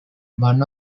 one